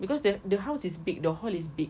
because the the house is big the hall is big